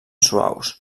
suaus